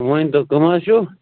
ؤنۍ تَو کٕم حظ چھِو